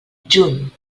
juny